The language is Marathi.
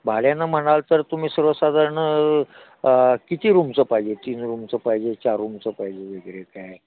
भाड्यानं म्हणाल तर तुम्ही सर्वसाधारण किती रूमचं पाहिजे तीन रूमचं पाहिजे चार रूमचं पाहिजे वगैरे काय